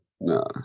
No